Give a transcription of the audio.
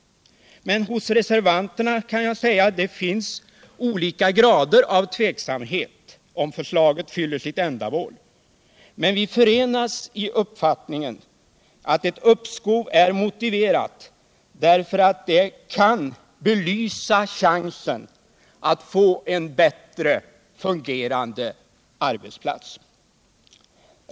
Hos reservanterna kan jag säga att det finns olika grader av tveksamhet om förslaget fyller sitt ändamål. Men vi förenas i uppfattningen att ett uppskov är motiverat därför att det kan belysa chansen att få en bättre fungerande arbetsplats.